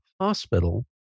hospital